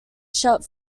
shut